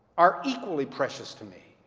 are equally precious to me.